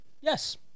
yes